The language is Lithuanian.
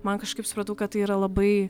man kažkaip supratau kad tai yra labai